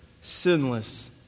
sinless